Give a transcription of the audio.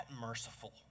merciful